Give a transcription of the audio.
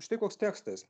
štai koks tekstas